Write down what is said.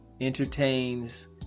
entertains